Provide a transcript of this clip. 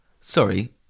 Sorry